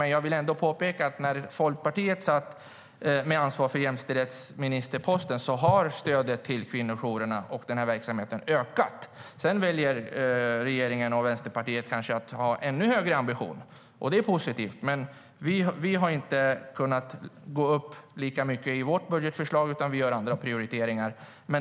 Men jag vill ändå påpeka att när Folkpartiet hade ansvar för jämställdhetsministerposten ökade stödet till kvinnojourerna och den här verksamheten. Sedan väljer regeringen och Vänsterpartiet kanske att ha en ännu högre ambition. Det är positivt, men vi har inte kunnat gå upp lika mycket i vårt budgetförslag, utan vi gör andra prioriteringar.